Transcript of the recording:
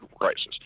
crisis